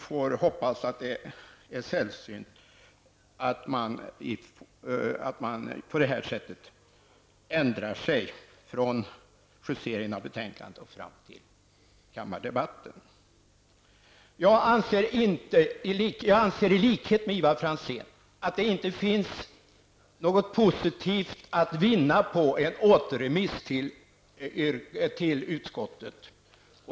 Jag hoppas att det är sällsynt att man på det här sättet ändrar sig från tiden för justeringen av betänkandet fram till kammarbehandlingen. I likhet med Ivar Franzén anser jag att det inte finns något positivt att vinna i en återremiss till utskottet.